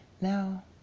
Now